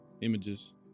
Images